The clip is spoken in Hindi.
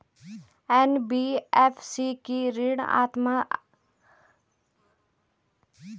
एन.बी.एफ.सी की ऋण सीमा अधिकतम कितनी है इसकी ब्याज दर क्या है?